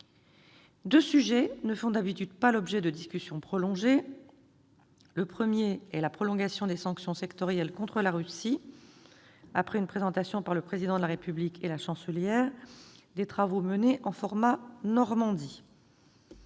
Deux sujets ne font d'habitude pas l'objet de discussions prolongées. Le premier est la prolongation des sanctions sectorielles contre la Russie, après une présentation par le Président de la République et la Chancelière des travaux menés en format Normandie.